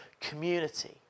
community